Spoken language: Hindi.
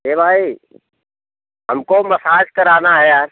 ए भाई हमको मसाज कराना है यार